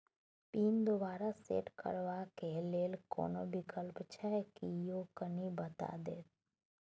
Pin दोबारा set करबा के लेल कोनो विकल्प छै की यो कनी बता देत?